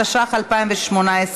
התשע"ח 2018,